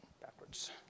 backwards